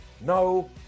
No